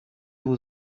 vous